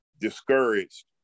discouraged